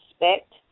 respect